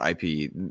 IP